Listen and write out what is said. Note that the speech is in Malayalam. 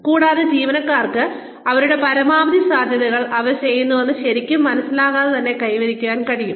കൂടാതെ ജീവനക്കാർക്ക് അവരുടെ പരമാവധി സാധ്യതകൾ അവർ അത് ചെയ്യുന്നുവെന്ന് ശരിക്കും മനസ്സിലാക്കാതെ തന്നെ കൈവരിക്കാൻ കഴിയും